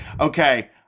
okay